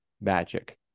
magic